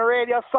Radio